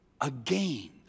again